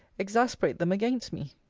exasperate them against me?